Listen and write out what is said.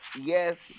yes